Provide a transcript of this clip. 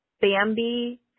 Bambi